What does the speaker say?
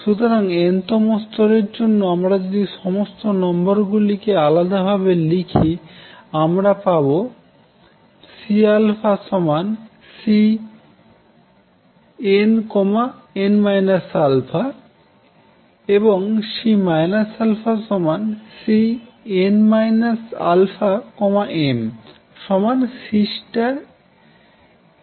সুতরাং n তম স্তরের জন্য আমরা যদি সমস্ত নম্বর গুলি কে আলাদাভাবে লিখি আমরা পাব C Cnn α এবং C α Cn αm Cn αm